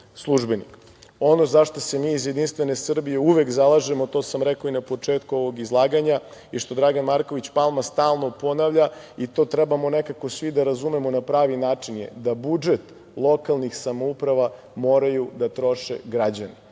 službenik. Ono za šta se mi iz JS uvek zalažemo, to sam rekao i na početku ovog izlaganja, je što Dragan Marković Palma stalno ponavlja i to trebamo nekako svi da razumemo na pravi način je, da budžet lokalnih samouprava moraju da troše građani,